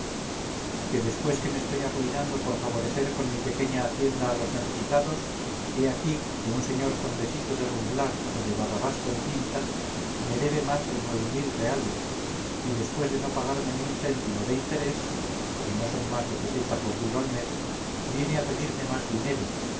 que después que me estoy arruinando por favorecer con mi pequeña hacienda a los necesitados he aquí que un señor condesito de rumblar o de barrabás con pintas me debe más de nueve mil reales y después de no pagarme ni un céntimo de interés que no son más de peseta por duro al mes viene a pedirme más dinero